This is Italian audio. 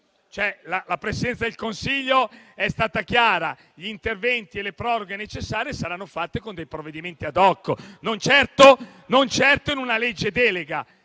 La Presidente del Consiglio dei ministri è stata chiara: gli interventi e le proroghe necessari saranno fatti con provvedimenti *ad hoc*, non certo in una legge delega.